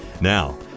Now